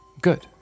Good